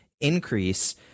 increase